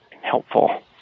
helpful